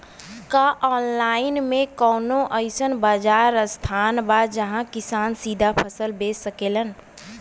का आनलाइन मे कौनो अइसन बाजार स्थान बा जहाँ किसान सीधा फसल बेच सकेलन?